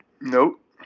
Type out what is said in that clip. Nope